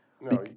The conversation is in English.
No